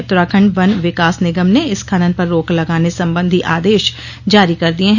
उत्तराखण्ड वन विकास निगम ने इस खनन पर रोक लगाने संबंधी आदेश जारी कर दिए हैं